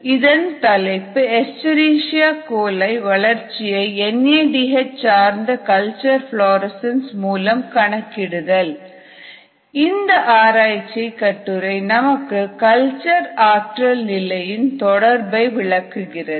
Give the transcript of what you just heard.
இதன் தலைப்பான " Escherichia coli வளர்ச்சியை என் ஏ டி எச் சார்ந்த கல்ச்சர் புளோரசன்ஸ் மூலம் கண்காணித்தல்" இந்த ஆராய்ச்சி கட்டுரை நமக்கு கல்ச்சர் ஆற்றல் நிலையின் தொடர்பை விளக்குகிறது